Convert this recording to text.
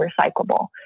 recyclable